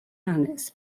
hanes